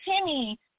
Timmy